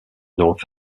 north